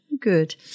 Good